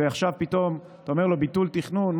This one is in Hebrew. ועכשיו פתאום אתה אומר לו "ביטול תכנון"?